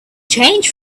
change